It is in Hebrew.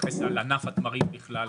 לגבי ענף התמרים בכלל.